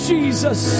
Jesus